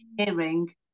hearing